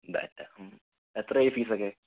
data എത്രയായി ഫീസൊക്കെ